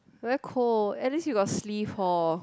very cold at least you got sleeve hor